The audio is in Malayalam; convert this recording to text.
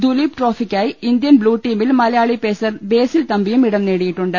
ദുലീപ് ട്രോഫിക്കായ ഇന്ത്യ ബ്ലു ടീമിൽ മലയാളി പേസർ ബേസിൽ തമ്പിയും ഇടം നേടിയിട്ടു ണ്ട്